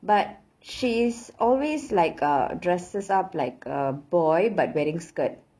but she is always like uh dresses up like a boy but wearing skirt